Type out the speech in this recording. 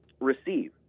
receive